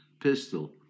pistol